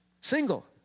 single